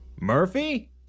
Murphy